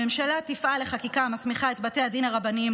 הממשלה תפעל לחקיקה המסמיכה את בתי הדין הרבניים